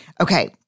Okay